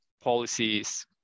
policies